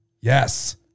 Yes